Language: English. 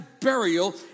burial